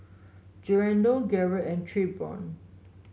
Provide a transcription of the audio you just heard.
Garnett and Trayvon